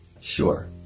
Sure